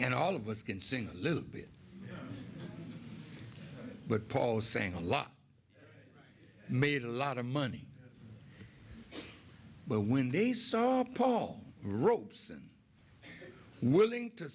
and all of us can sing a little bit but paul sang a lot made a lot of money but when they saw paul robeson willing to